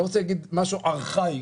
רוצה להגיד משהו ארכאי,